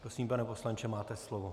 Prosím, pane poslanče, máte slovo.